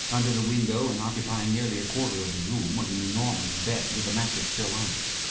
under the window, and occupying nearly a quarter of the room, was an enormous bed with the mattress still on it.